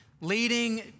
leading